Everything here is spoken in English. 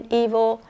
evil